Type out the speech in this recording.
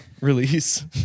release